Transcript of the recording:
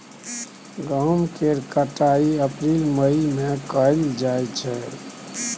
गहुम केर कटाई अप्रील मई में कएल जाइ छै